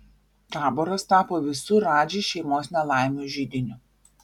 taboras tapo visų radži šeimos nelaimių židiniu